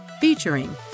featuring